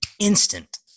instant